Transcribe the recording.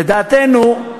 לדעתנו,